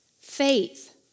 faith